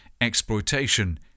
exploitation